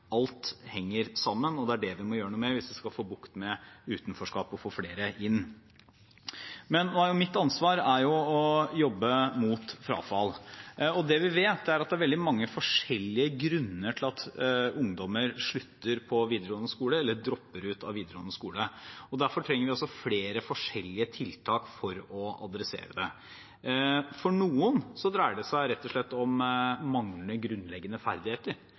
Alt henger sammen, og det er det vi må gjøre noe med, hvis vi skal få bukt med utenforskap og få flere inn. Mitt ansvar er å jobbe mot frafall. Det vi vet, er at det er veldig mange forskjellige grunner til at ungdommer slutter på, eller dropper ut av, videregående skole, og derfor trenger vi også flere forskjellige tiltak for å adressere det. For noen dreier det seg rett og slett om manglende grunnleggende ferdigheter,